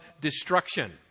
destruction